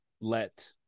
let